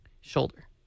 Shoulder